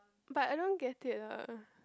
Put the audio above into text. but I don't get it lah